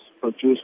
produced